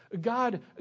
God